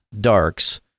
darks